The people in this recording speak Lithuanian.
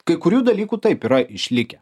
kai kurių dalykų taip yra išlikę